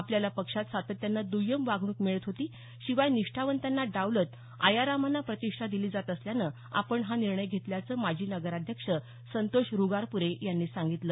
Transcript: आपल्याला पक्षात सातत्यानं दय्यम वागणूक मिळत होती शिवाय निष्ठावंताना डावलत आयारामांना प्रतिष्ठा दिली जात असल्यानं आपण हा निर्णय घेतल्याचं माजी नगराध्यक्ष संतोष ऋगारपूरे यांनी सांगितलं